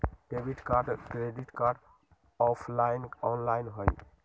Debit card credit card offline online होई?